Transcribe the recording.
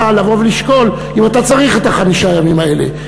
לבוא ולשקול האם צריך את חמשת הימים האלה,